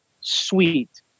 sweet